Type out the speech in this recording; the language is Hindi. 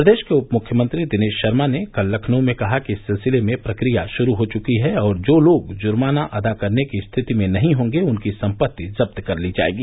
प्रदेश के उप मुख्यमंत्री दिनेश शर्मा ने कल लखनऊ में कहा कि इस सिलसिले में प्रक्रिया शुरू हो चुकी है और जो लोग जुर्मोना अदा करने की स्थिति में नहीं होंगे उनकी सम्पत्ति जब्त कर ली जाएगी